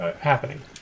happening